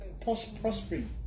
prospering